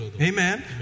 Amen